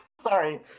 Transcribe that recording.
Sorry